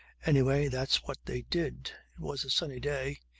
anyway that's what they did. it was a sunny day.